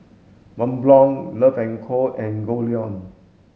Mont Blanc Love and Co and Goldlion